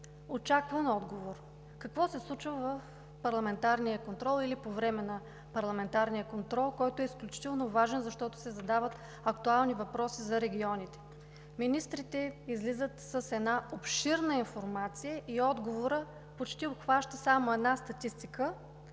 очакван отговор. Какво се случва в парламентарния контрол или по време на парламентарния контрол, който е изключително важен, защото се задават актуални въпроси за регионите? Министрите излизат с една обширна информация и отговорът почти обхваща само една статистика